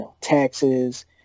taxes